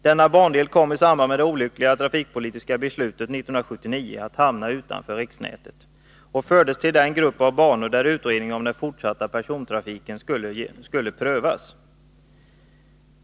Denna bandel kom i samband med det olyckliga trafikpolitiska beslutet 1979 att hamna utanför riksnätet och fördes till den grupp av banor där den fortsatta persontrafiken skulle prövas.